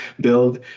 build